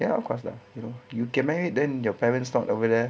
ya lah of course lah you know you get married then your parents not over there